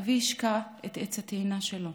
אבי השקה את עץ התאנה שלו,